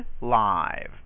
live